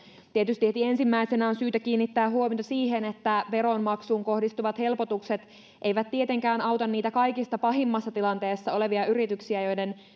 tietysti heti ensimmäisenä on syytä kiinnittää huomiota siihen että veronmaksuun kohdistuvat helpotukset eivät tietenkään auta niitä kaikista pahimmassa tilanteessa olevia yrityksiä joiden